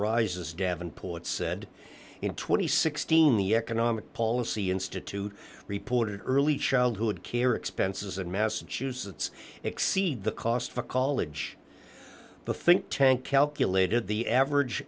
rises davenport said in two thousand and sixteen the economic policy institute reported early childhood care expenses in massachusetts exceed the cost of a college the think tank calculated the average